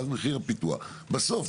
בסוף,